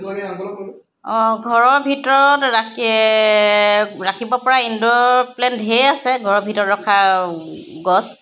অঁ ঘৰৰ ভিতৰত ৰাকে ৰাখিব পৰা ইনড'ৰ প্লেন্ট ঢেৰ আছে ঘৰৰ ভিতৰত ৰখা গছ